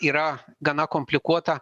yra gana komplikuota